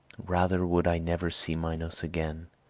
rather would i never see minos again.